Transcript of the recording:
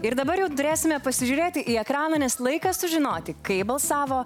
ir dabar jau turėsime pasižiūrėti į ekraną nes laikas sužinoti kaip balsavo